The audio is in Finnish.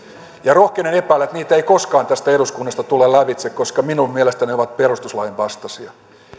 rohkenen epäillä että niitä ei koskaan tästä eduskunnasta tule lävitse koska minun mielestäni ne ovat perustuslain vastaisia